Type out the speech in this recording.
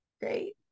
great